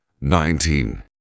nineteen